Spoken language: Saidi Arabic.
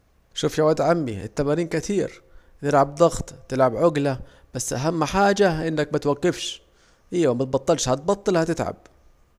شوف يا واد عمي التمارين كتير، تلعب ضغط تلعب عجاة، بس أهم حاجة إنك متوجفش، ايوه متبطلش، هتبطل هتتعب